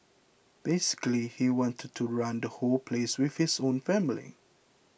basically he wanted to run the whole place with his own family